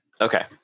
Okay